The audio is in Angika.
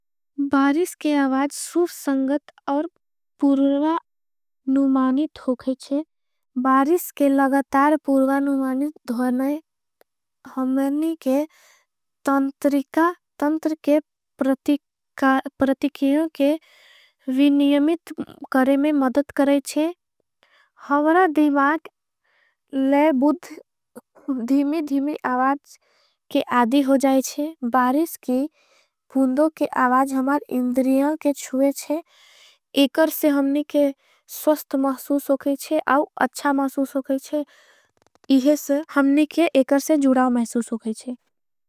बारिस के आवाज सूर संगत और पूर्वा नुमानित होकेछे। बारिस के लगतार पूर्वा नुमानित ध्वने हमनी के तंत्रके। प्रतिकियों के वी नियमित करेमे मदद करेछे हमरा। दिमाग ले बुद्ध धीमी धीमी आवाज के आदी हो जाएछे। बारिस के बुद्धों के आवाज हमार इंद्रियों के चुएछे एकर। से हमनी के स्वस्त महसूस होकेछे और अच्छा महसूस। होकेछे इहसे हमनी के एकर से जुड़ाव महसूस होकेछे।